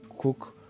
cook